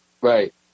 Right